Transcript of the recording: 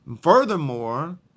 Furthermore